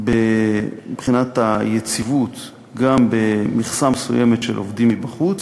מבחינת היציבות גם במכסה מסוימת של עובדים מבחוץ.